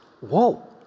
Whoa